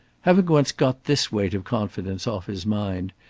having once got this weight of confidence off his mind,